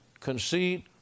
conceit